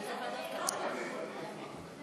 ההצעה להפוך את הצעת חוק חובת המכרזים (תיקון,